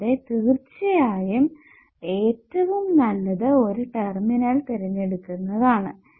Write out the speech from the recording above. കൂടാതെ തീർച്ചയായും ഏറ്റവും നല്ലതു ഒരു ടെർമിനൽ തിരഞ്ഞെടുക്കുന്നതാണ്